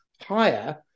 higher